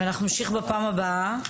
ואנחנו נמשיך בפעם הבאה.